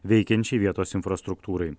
veikiančiai vietos infrastruktūrai